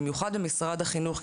במיוחד עם משרד החינוך,